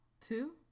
Two